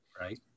right